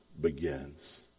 Begins